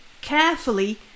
carefully